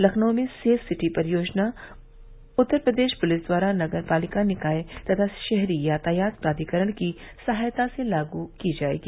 लखनऊ में safe city परियोजना Uttar Pradesh police द्वारा नगर पालिका निकाय तथा शहरी यातायात प्राधिकरण की सहायता से लागू की जायेंगी